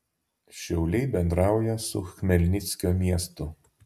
šiauliai bendrauja su chmelnickio miestu